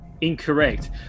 Incorrect